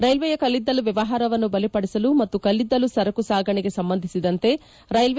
ರೈಲ್ವೆಯ ಕಲ್ಲಿದ್ದಲು ವ್ಯವಹಾರವನ್ನು ಬಲಪಡಿಸಲು ಮತ್ತು ಕಲ್ಲಿದ್ದಲು ಸರಕು ಸಾಗಣೆಗೆ ಸಂಬಂಧಿಸಿದಂತೆ ರೈಲ್ವೆ